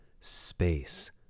space